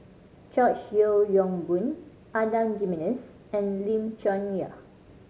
George Yeo Yong Boon Adan Jimenez and Lim Chong Yah